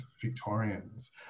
Victorians